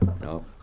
No